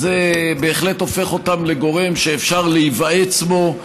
זה בהחלט הופך אותם לגורם שאפשר להיוועץ בו,